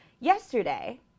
Yesterday